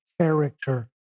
character